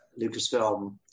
Lucasfilm